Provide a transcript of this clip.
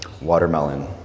watermelon